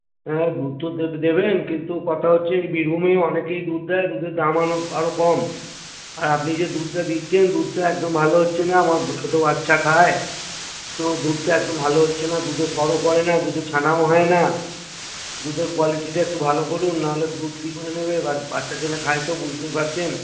হ্যাঁ দুধ তো দেবেন কিন্তু কথা হচ্ছে বীরভূমে অনেকেই দুধ দেয় দুধের দাম আরো কম আর আপনি যে দুধটা দিচ্ছেন দুধটা একদম ভালো হচ্ছে না আমার ছোটো বাচ্চা খায় তো দুধটা একদম ভালো হচ্ছে না দুধে সরও পড়ে না দুধে ছানাও হয় না দুধের কোয়ালিটিটা একটু ভালো করুন না হলে দুধ কী করে নেবে বা বাচ্চা ছেলে খায় তো বুঝতেই পারছেন